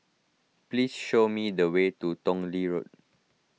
please show me the way to Tong Lee Road